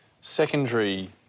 Secondary